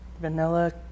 Vanilla